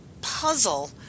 puzzle